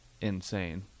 insane